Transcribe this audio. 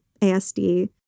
ASD